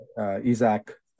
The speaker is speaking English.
Isaac